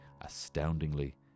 astoundingly